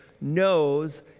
knows